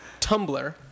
Tumblr